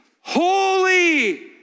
holy